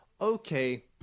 Okay